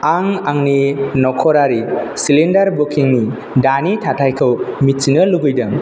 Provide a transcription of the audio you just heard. आं आंनि नखरारि सिलिन्डार बुकिं नि दानि थाखायखौ मिथिनो लुबैदों